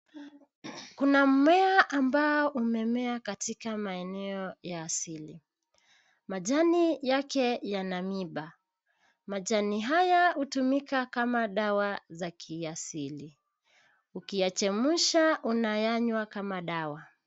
Kuna mmea ambao umemea katika maeneo ya asili. Majani yake yana miba. Majani haya hutumika kama dawa za kiasili. Ukiyachemsha unayanywa kama dawa.